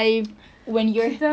conquer dalam bahasa melayu is